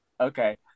Okay